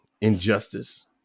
injustice